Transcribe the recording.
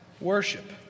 worship